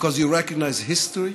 because you recognize history,